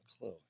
clue